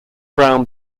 brown